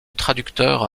traducteur